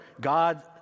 God